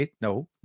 no